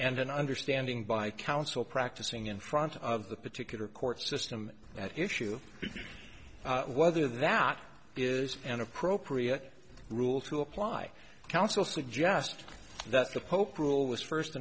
and an understanding by counsel practicing in front of the particular court system at issue whether that is an appropriate rule to apply counsel suggest that the pope rule was first